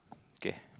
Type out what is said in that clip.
okay